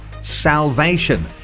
salvation